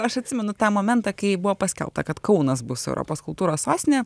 aš atsimenu tą momentą kai buvo paskelbta kad kaunas bus europos kultūros sostinė